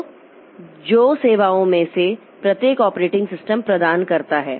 तो जो सेवाओं में से प्रत्येक ऑपरेटिंग सिस्टम प्रदान करता है